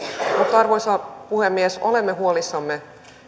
mutta arvoisa puhemies olemme huolissamme